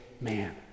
man